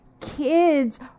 kids